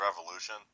Revolution